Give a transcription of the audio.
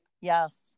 yes